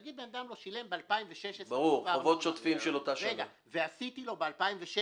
נגיד שבן אדם לא שילם ב-2016 ועשיתי לוב-2016